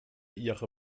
ihre